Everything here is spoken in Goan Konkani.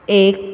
एक